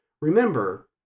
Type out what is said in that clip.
remember